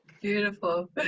Beautiful